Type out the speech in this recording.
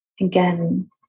Again